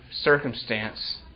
circumstance